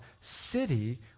city